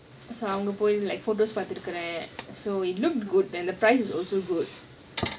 அங்க போன:anga pona like photos பாத்துருக்கன்:paathurukkan so it looked good and the price is also good